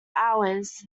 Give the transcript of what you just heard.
hours